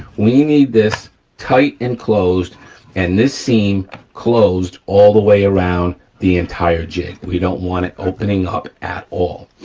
we need this tight and closed and this seam closed all the way around the entire jig. we don't want it opening up at all.